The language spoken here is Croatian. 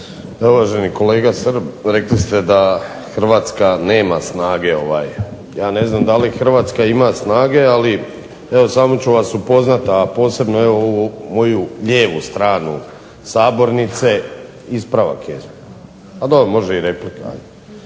Uvaženi kolega Srb, rekli ste da Hrvatska nema snage. Ja ne znam da li Hrvatska ima snage, ali evo samo ću vas upoznat a posebno ovu moju lijevu stranu sabornice, ispravak je, a dobro može i replika